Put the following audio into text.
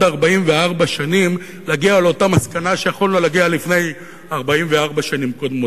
44 שנים ולהגיע לאותה מסקנה שיכולנו להגיע לפני 44 שנים קודמות.